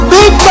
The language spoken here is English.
Big